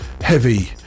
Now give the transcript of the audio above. Heavy